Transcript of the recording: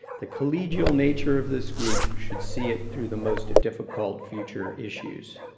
the collegial nature of this group should see it through the most difficult future issues.